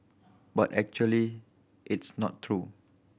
but actually it's not true